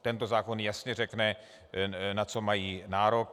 Tento zákon jasně řekne, na co mají nárok.